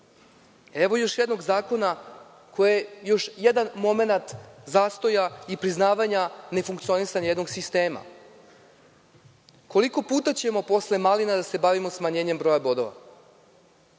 evo još jednog zakona koji je još jedan momenat zastoja i priznavanja nefunkcionisanja jednog sistema. Koliko puta ćemo posle malina da se bavimo smanjenjem broja bodova?